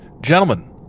Gentlemen